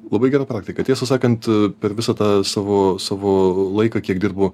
labai gera praktika tiesą sakant per visą tą savo savo laiką kiek dirbu